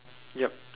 yup